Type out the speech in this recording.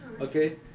okay